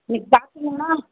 இன்றைக்கி பார்க்க போனால்